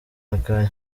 akahe